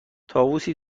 طاووسی